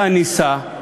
שאתה נישא,